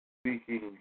speaking